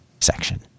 section